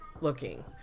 looking